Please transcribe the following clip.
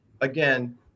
again